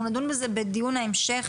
אנחנו נדון בזה בדיון ההמשך.